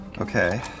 Okay